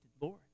Lord